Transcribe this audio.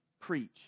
Preach